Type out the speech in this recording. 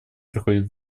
приходит